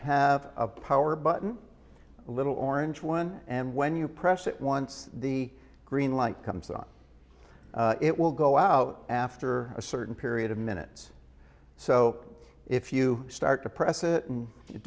have a power button a little orange one and when you press it once the green light comes on it will go out after a certain period of minutes so if you start to press it and it